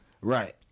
Right